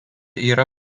yra